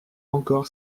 encore